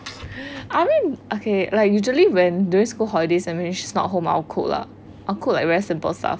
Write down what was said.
I mean okay usually when during school holidays and when she's not home I will cook lah I'll cook like very simple stuff